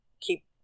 keep